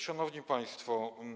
Szanowni Państwo!